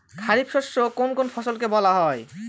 খারিফ শস্য কোন কোন ফসলকে বলা হয়?